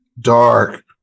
dark